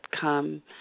come